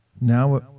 now